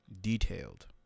detailed